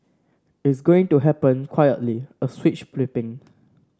it's going to happen quietly a switch flipping